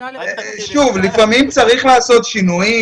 לפעמים צריך לעשות שינויים,